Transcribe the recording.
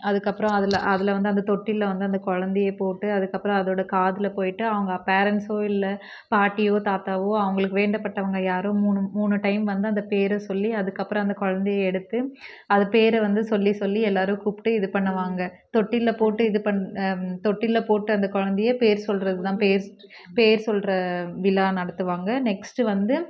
அதுக்கப்புறம் அதில் அதில்வந்து அந்த தொட்டிலில் வந்து அந்த குழந்தையை போட்டு அதுக்கப்புறம் அதோட காதில் போய்விட்டு அவங்க பேரண்ட்ஸ்சோ இல்லை பாட்டியோ தாத்தாவோ அவங்களுக்கு வேண்டப்பட்டவங்க யாரோ மூணு டைம் வந்து அந்த பேரை சொல்லி அதுக்கப்புறம் அந்த குழந்தையை எடுத்து அது பேரை வந்து சொல்லி சொல்லி எல்லாேரும் கூப்பிட்டு இது பண்ணுவாங்க தொட்டிலில் போட்டு இது பண் தொட்டிலில் போட்டு அந்த குழந்தையை பேர் சொல்கிறதுதான் பேஸ் பேர் சொல்கிற விழா நடத்துவாங்க நெக்ஸ்ட்டு வந்து